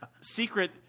secret